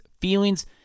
feelings